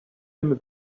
him